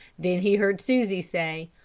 then he heard susie say,